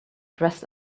dressed